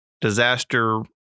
disaster